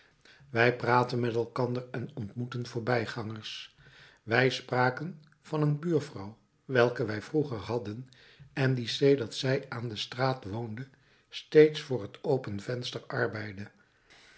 wij praatten met elkander en ontmoetten voorbijgangers wij spraken van een buurvrouw welke wij vroeger hadden en die sedert zij aan de straat woonde steeds voor het open venster arbeidde